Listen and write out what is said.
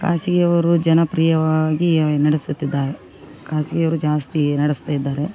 ಖಾಸಗಿಯವ್ರು ಜನಪ್ರಿಯವಾಗಿ ನಡೆಸುತ್ತಿದ್ದಾರೆ ಖಾಸ್ಗಿ ಅವರು ಜಾಸ್ತಿ ನಡೆಸ್ತಾಯಿದ್ದಾರೆ